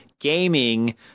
gaming